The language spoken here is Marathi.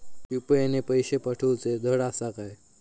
यू.पी.आय ने पैशे पाठवूचे धड आसा काय?